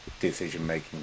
decision-making